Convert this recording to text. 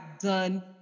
done